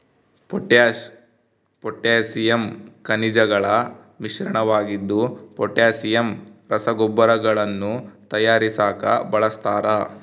potash potassium ಖನಿಜಗಳ ಮಿಶ್ರಣವಾಗಿದ್ದು potassium ರಸಗೊಬ್ಬರಗಳನ್ನು ತಯಾರಿಸಾಕ ಬಳಸ್ತಾರ